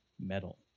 metal